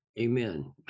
Amen